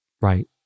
Right